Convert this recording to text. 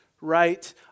right